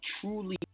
truly